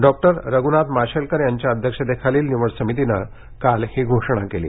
doctor Raghunath Mashelkar यांच्या अध्यक्षतेखालील निवड समितीनं काल ही घोषणा केली